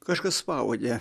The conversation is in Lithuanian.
kažkas pavogė